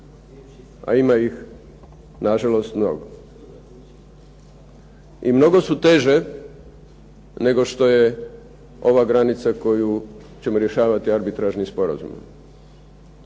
a ima ih nažalost mnogo. I mnogo su teže nego što je ova granica koju ćemo rješavati arbitražnim sporazumom.